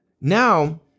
now